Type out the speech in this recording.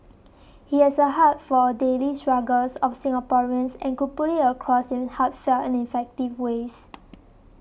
he has a heart for the daily struggles of Singaporeans and could put it across in heartfelt and effective ways